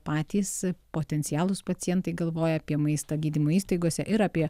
patys potencialūs pacientai galvoja apie maistą gydymo įstaigose ir apie